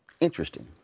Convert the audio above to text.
interesting